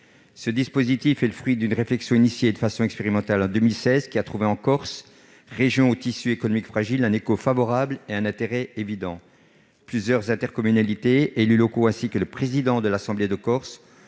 Ce dispositif est le fruit d'une réflexion lancée de façon expérimentale en 2016 ; cette expérimentation a suscité en Corse, région au tissu économique fragile, un écho favorable et un intérêt évident. Plusieurs intercommunalités, des élus locaux, ainsi que le président de l'Assemblée de Corse